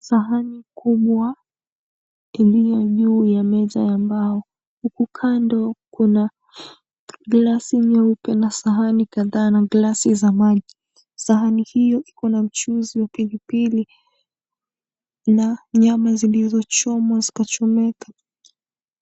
Sahani kubwa iliyo juu ya meza ya mbao. Huku kando kuna glasi nyeupe na sahani kadhaa na glasi za maji. Sahani hiyo iko na mchuzi wa pilipili na nyama zilizochomwa zikachomeka.